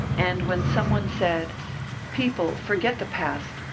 and when some one said people, forget the past,